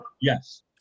yes